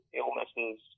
illnesses